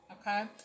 Okay